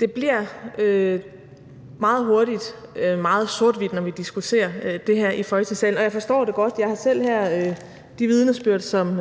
Det bliver meget hurtigt meget sort-hvidt, når vi diskuterer det her i Folketingssalen. Og jeg forstår det godt – jeg har selv her de vidnesbyrd, som